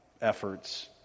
efforts